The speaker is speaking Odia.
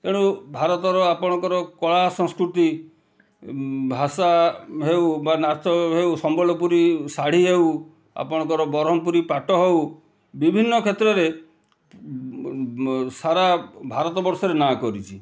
ତେଣୁ ଭାରତର ଆପଣଙ୍କର କଳା ସଂସ୍କୃତି ଭାଷା ହେଉ ଵା ନାଚ ହେଉ ସମ୍ବଲପୁରୀ ଶାଢ଼ୀ ହେଉ ଆପଣଙ୍କର ବରମ୍ପୁରୀ ପାଟ ହେଉ ବିଭିନ୍ନ କ୍ଷେତ୍ରରେ ସାରା ଭାରତବର୍ଷରେ ନାଁ କରିଛି